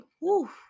Woo